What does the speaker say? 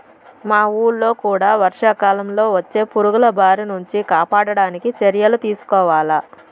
మా వూళ్ళో కూడా వర్షాకాలంలో వచ్చే పురుగుల బారి నుంచి కాపాడడానికి చర్యలు తీసుకోవాల